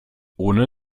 ohne